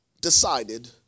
decided